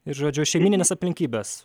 ir žodžiu šeimyninės aplinkybės